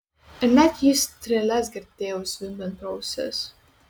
ir net jų strėles girdėjau zvimbiant pro ausis